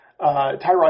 Tyrod